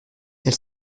elle